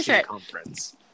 conference